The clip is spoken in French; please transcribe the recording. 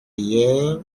hier